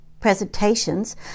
Presentations